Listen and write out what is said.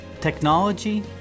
technology